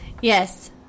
Yes